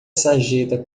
sarjeta